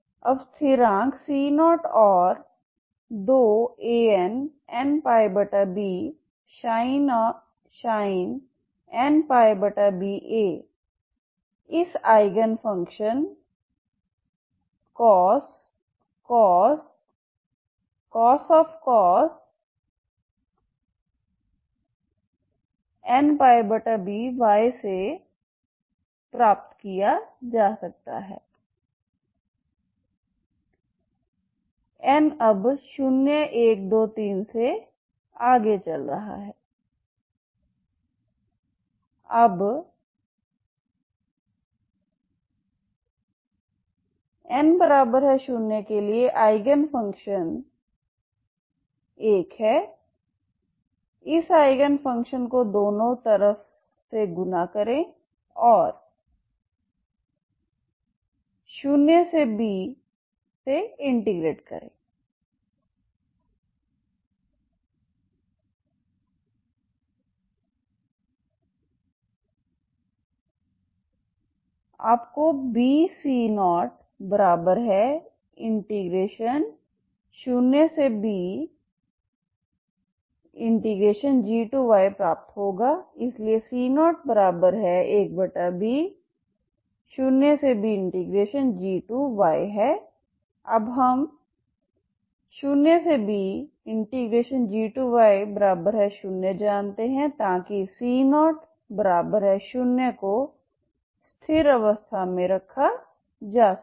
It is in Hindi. अब स्थिरांक c0 और 2Annπbsinh nπba इस आईगन फंक्शन cos nπby से प्राप्त किया जा सकता है n अब 0 1 2 3 से आगे चल रहा है अब n0 के लिएआईगन फंक्शन एक है इस आईगन फंक्शन को दोनों तरफ से गुणा करें और 0 bसे इंटीग्रेट करें आपको bc00bg2 प्राप्त होगा इसलिए c01b0bg2 है अब हम 0bg20 जानते हैं ताकि c0 0 को स्थिर अवस्था में रखा जा सके